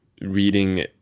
reading